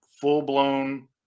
full-blown